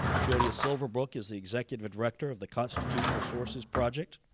julie silverbrook is the executive director of the constitutional sources project,